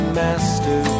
master